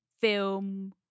Film